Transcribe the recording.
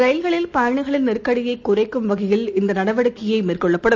ரயில்களில் பயணிகளின் நெருக்கடியைகுறைக்கும் வகையில் இந்தநடவடிக்கைமேற்கொள்ளப்படும்